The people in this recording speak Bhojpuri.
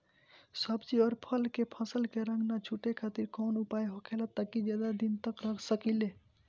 सब्जी और फल के फसल के रंग न छुटे खातिर काउन उपाय होखेला ताकि ज्यादा दिन तक रख सकिले?